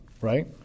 right